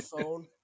phone